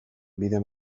bide